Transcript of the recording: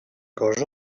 cosa